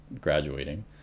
graduating